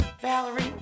Valerie